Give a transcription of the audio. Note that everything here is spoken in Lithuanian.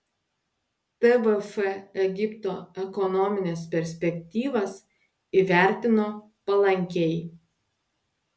tvf egipto ekonomines perspektyvas įvertino palankiai